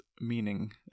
meaning